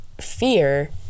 fear